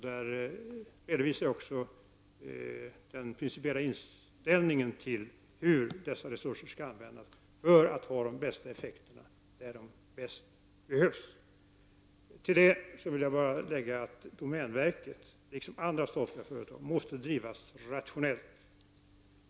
Där redovisar jag också den principiella inställningen till hur resurserna skall användas för att ge de bästa effekterna där de bäst behövs. Slutligen vill jag tillägga att domänverket, liksom andra statliga företag, måste drivas rationellt.